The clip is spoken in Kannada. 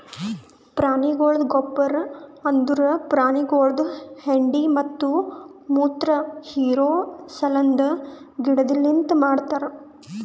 ಪ್ರಾಣಿಗೊಳ್ದ ಗೊಬ್ಬರ್ ಅಂದುರ್ ಪ್ರಾಣಿಗೊಳ್ದು ಹೆಂಡಿ ಮತ್ತ ಮುತ್ರ ಹಿರಿಕೋ ಸಲೆಂದ್ ಗಿಡದಲಿಂತ್ ಮಾಡ್ತಾರ್